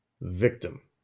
victim